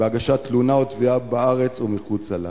בהגשת תלונה או תביעה בארץ או מחוצה לה.